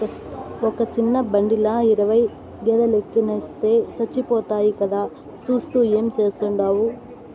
ఒక సిన్న బండిల ఇరవై గేదేలెనెక్కిస్తే సచ్చిపోతాయి కదా, సూత్తూ ఏం చేస్తాండావు